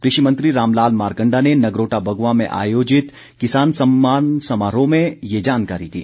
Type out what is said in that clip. कृषि मंत्री रामलाल मारकण्डा ने नगरोटा बगवां में आयोजित किसान सम्मान समारोह में ये जानकारी दी